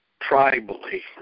tribally